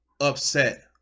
upset